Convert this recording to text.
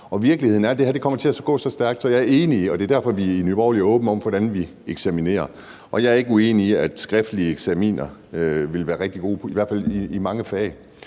Virkeligheden er, at det her kommer til at gå så stærkt. Så jeg er enig, og det er derfor, vi i Nye Borgerlige er åbne over for at tale om, hvordan man eksaminerer, og jeg er ikke uenig i, at skriftlige eksamener ville være rigtig gode, i hvert fald i mange fag.